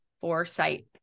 foresight